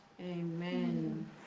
amen